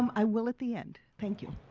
i will at the end. thank you.